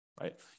right